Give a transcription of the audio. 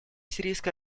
сирийской